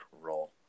role